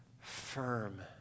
firm